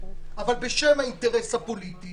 בשל האינטרס הפוליטי